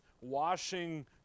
washing